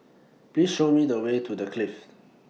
Please Show Me The Way to The Clift